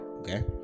okay